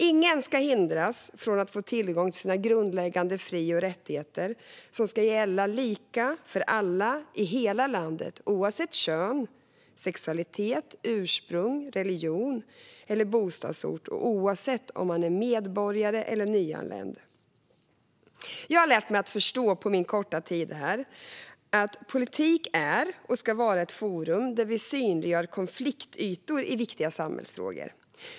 Ingen ska hindras från att få tillgång till sina grundläggande fri och rättigheter, som ska gälla lika för alla i hela landet oavsett kön, sexualitet, ursprung, religion eller bostadsort och oavsett om man är medborgare eller nyanländ. Under min korta tid här har jag lärt mig att förstå att politik är och ska vara ett forum där vi synliggör konfliktytor i viktiga samhällsfrågor.